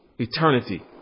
eternity